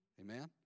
Amen